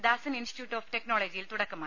Dasan institute of ടെക് നോളജിയിൽ തുടക്കമായി